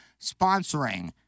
sponsoring